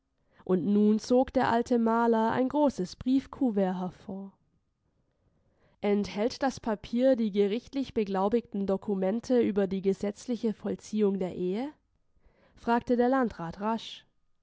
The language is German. und nun zog der alte maler ein großes briefkouvert hervor enthält das papier die gerichtlich beglaubigten dokumente über die gesetzliche vollziehung der ehe fragte der landrat rasch